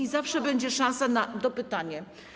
i zawsze będzie szansa na dopytanie.